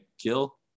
kill